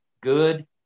good